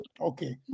Okay